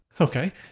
Okay